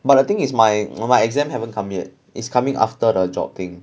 but the thing is my my exam haven't come yet it's coming after the dropping